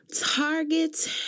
target